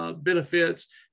benefits